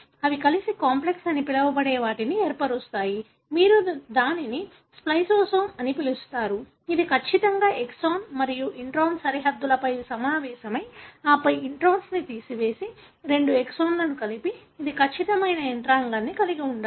అవి కలిసి కాంప్లెక్స్ అని పిలవబడే వాటిని ఏర్పరుస్తాయి దీనిని మీరు స్ప్లిసోసోమ్ అని పిలుస్తారు ఇది ఖచ్చితంగా ఎక్సాన్ మరియు ఇంట్రాన్ సరిహద్దులపై సమావేశమై ఆపై ఇంట్రాన్ను తీసివేసి రెండు ఎక్సోన్లను కలిపి ఇది ఖచ్చితమైన యంత్రాంగాన్ని కలిగి ఉండాలి